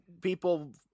people